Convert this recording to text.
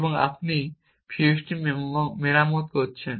এবং আপনি ফিউজটি মেরামত করছেন